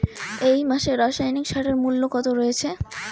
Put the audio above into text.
এই মাসে রাসায়নিক সারের মূল্য কত রয়েছে?